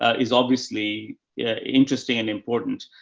ah is obviously interesting and important,